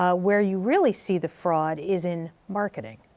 ah where you really see the fraud is in marketing.